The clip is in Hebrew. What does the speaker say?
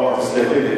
לא, תסלחי לי.